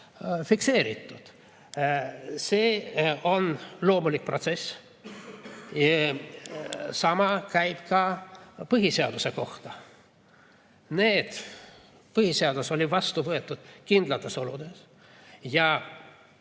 fikseeritud. See on loomulik protsess. Sama käib ka põhiseaduse kohta. Põhiseadus oli vastu võetud kindlates oludes ja